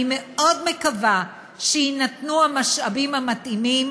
אני מאוד מקווה שיינתנו המשאבים המתאימים,